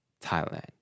Thailand